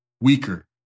weaker